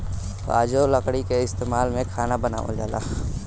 आजो लकड़ी के इस्तमाल से खाना बनावल जाला